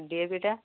ଡିଏପିଟା